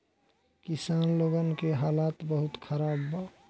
किसान लोगन के हालात बहुत खराब बा